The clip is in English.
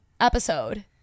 episode